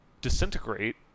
disintegrate